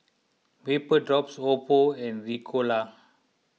Vapodrops Oppo and Ricola